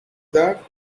that